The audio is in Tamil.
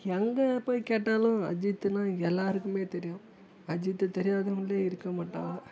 எங்கே போய் கேட்டாலும் அஜித்துன்னா எல்லாருக்குமே தெரியும் அஜித்தை தெரியாதவங்களே இருக்க மாட்டாங்க